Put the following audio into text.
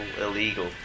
illegal